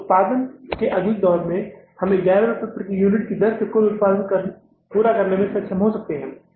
उत्पादन के अगले दौर में हम 11 रुपये प्रति यूनिट की दर से कुल उत्पादन पूरा करने में सक्षम हो सकते हैं